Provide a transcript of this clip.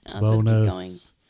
Bonus